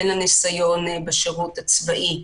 אין לה ניסיון בשירות הצבאי,